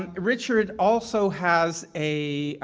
and richard also has a